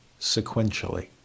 sequentially